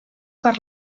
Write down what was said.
per